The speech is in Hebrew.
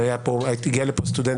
אל תביא לנו סתם דוגמאות תלושות.